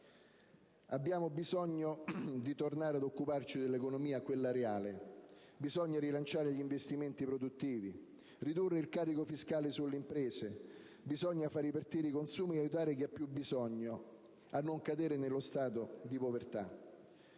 Abbiamo bisogno di tornare a occuparci dell'economia reale. Bisogna rilanciare gli investimenti produttivi, ridurre il carico fiscale sulle imprese. Bisogna far ripartire i consumi e aiutare chi ha più bisogno a non cadere nello stato di povertà.